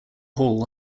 hall